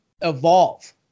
evolve